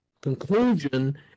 Conclusion